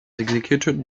executed